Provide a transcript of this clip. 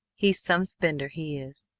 he's some spender, he is.